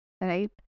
right